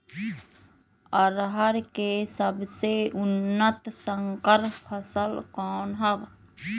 अरहर के सबसे उन्नत संकर फसल कौन हव?